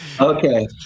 Okay